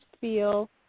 feel